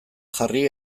jarri